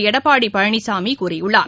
எடப்பாடி பழனிசாமி கூறியுள்ளார்